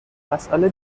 مسئله